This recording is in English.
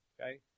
Okay